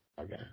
Okay